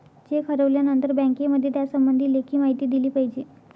check हरवल्यानंतर बँकेमध्ये त्यासंबंधी लेखी माहिती दिली पाहिजे